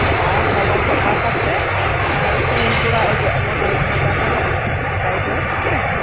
ᱟᱨ ᱥᱟᱵᱚᱱ ᱥᱟᱯᱷᱟ ᱠᱟᱛᱮᱜ ᱥᱩᱱᱩᱢ ᱛᱷᱚᱲᱟ ᱚᱡᱚᱜ ᱟᱜ ᱢᱮ ᱯᱟᱭᱠᱷᱟᱱᱟ ᱫᱟᱨ ᱨᱮᱦᱚᱸ ᱥᱟᱭᱤᱰ ᱨᱮ